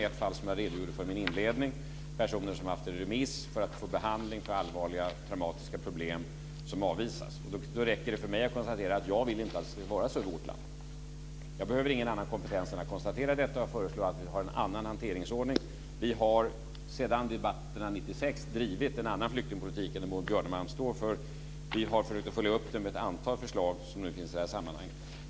Ett fall redogjorde jag för i min inledning. Det är personer som har haft en remiss för att få behandling för allvarliga traumatiska problem som avvisas. Då räcker det för mig att konstatera att jag vill inte att det ska vara så i vårt land. Jag behöver ingen annan kompetens än att konstatera detta, och jag föreslår att vi har en annan hanteringsordning. Vi har sedan debatterna 1996 drivit en annan flyktingpolitik än den Maud Björnemalm står för. Vi har försökt följa upp den med ett antal förslag som nu finns i det här sammanhanget.